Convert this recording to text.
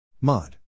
Mod